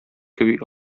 кеби